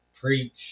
Preach